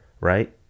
right